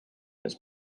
his